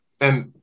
and-